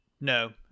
No